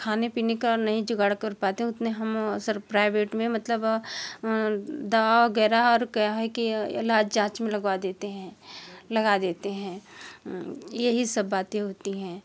खाने पीने का नहीं जुगाड़ कर पाते हैं उतने हम वहाँ सर प्राइवेट में मतलब दवा वगैरह और क्या है कि इलाज जाँच में लगवा देते हैं लगा देते हैं यही सब बातें होती हैं